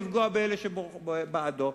לפגוע באלה שבוחרים בעדו.